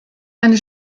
eine